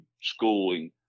schooling